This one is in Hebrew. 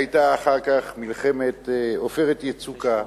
היתה אחר כך "עופרת יצוקה",